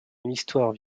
l’histoire